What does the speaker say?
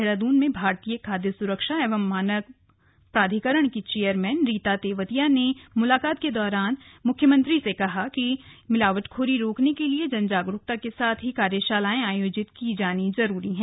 देहरादून में भारतीय खाद्य संरक्षा एवं मानक प्राधिकरण की चेयरमैन रीता तेवतिया से मुलाकात के दौरान मुख्यमंत्री ने कहा कि मिलावटखोरी रोकने के लिए जन जागरूकता के साथ ही कार्यशालाएं आयोजित की जानी जरूरी है